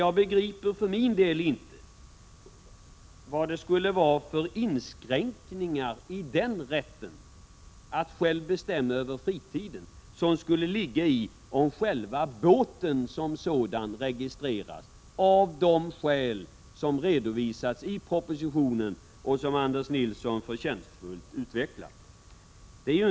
Jag begriper för min del inte vad det skulle vara för inskränkningar i rätten att själv bestämma över fritiden som skulle ligga i att båten registreras, av de skäl som redovisas i propositionen och som Anders Nilsson förtjänstfullt utvecklat.